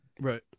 Right